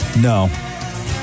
No